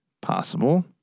possible